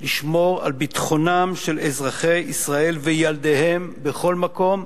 לשמור על ביטחונם של אזרחי ישראל וילדיהם בכל מקום,